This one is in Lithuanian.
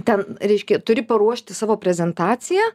ten reiškia turi paruošti savo prezentaciją